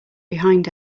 behind